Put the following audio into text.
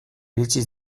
iritsi